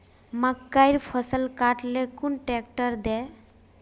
मकईर फसल काट ले कुन ट्रेक्टर दे?